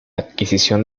adquisición